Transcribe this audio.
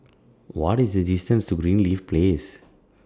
What IS The distance to Greenleaf Place